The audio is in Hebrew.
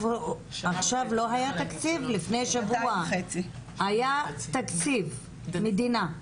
לפני שבוע היה תקציב מדינה.